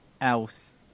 else